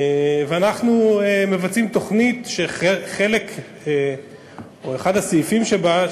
ואנחנו מבצעים תוכנית שאחד הסעיפים שבה,